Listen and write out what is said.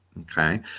Okay